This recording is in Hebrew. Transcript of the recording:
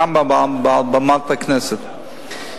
גם מעל במת הכנסת,